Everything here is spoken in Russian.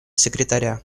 секретаря